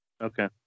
Okay